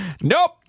Nope